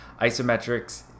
isometrics